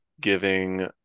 giving